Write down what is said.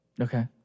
Okay